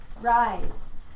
Rise